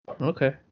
Okay